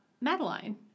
Madeline